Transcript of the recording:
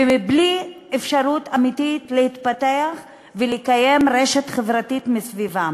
בלי אפשרות אמיתית להתפתח ולקיים רשת חברתית מסביבם.